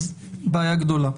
אז בעיה גדולה.